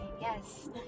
yes